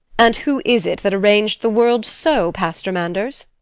and who is it that arranged the world so, pastor manders?